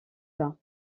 bas